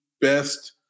best